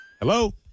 Hello